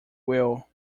will